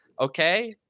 okay